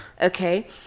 okay